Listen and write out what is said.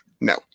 no